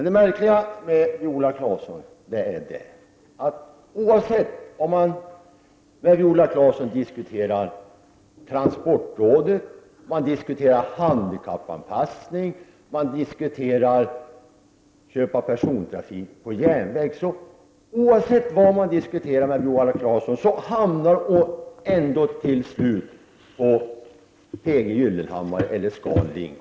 Det märkliga med Viola Claesson är att oavsett om hon diskuterar transportrådet, handikappanpassning eller köp av persontrafik på järnväg så hamnar hon ändå till slut på P G Gyllenhammar eller ScanLink.